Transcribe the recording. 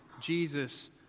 Jesus